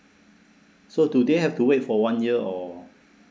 so do they have to wait for one year or